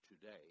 today